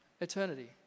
eternity